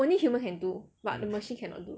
only humans can do but the machine cannot do